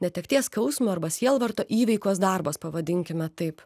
netekties skausmo arba sielvarto įveikos darbas pavadinkime taip